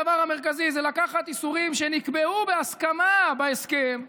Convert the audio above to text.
הדבר המרכזי זה לקחת איסורים שנקבעו בהסכמה בהסכם,